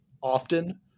often